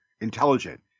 intelligent